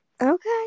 Okay